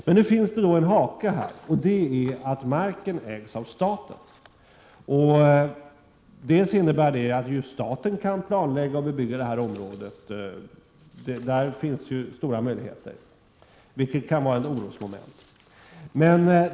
Det finns dock en hake, nämligen att marken ägs av staten. Detta innebär för det första att staten har stora möjligheter att planera detta område för bebyggelse, vilket kan vara ett orosmoment.